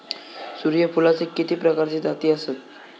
सूर्यफूलाचे किती प्रकारचे जाती आसत?